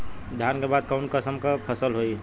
धान के बाद कऊन कसमक फसल होई?